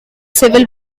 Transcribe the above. civil